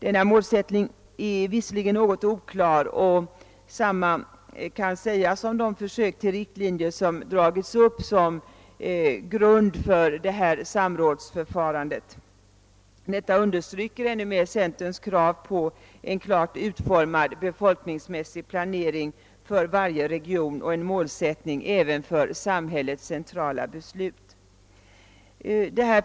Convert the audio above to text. Denna målsättning är visserligen något oklar, och detsamma kan sägas om de försök till riktlinjer som dragits upp som grund för samrådsförfarandet. Detta understryker ännu mer centerns krav på en klart utformad befolkningsmässig planering för varje region och en målsättning även för samhällets centrala beslut.